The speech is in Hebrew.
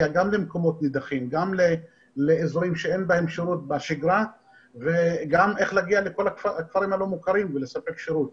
יצטרפו ללשכות בגלל האבטלה ובגלל כל מיני בעיות שנוצרו בתקופה הזאת.